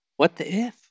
whattheif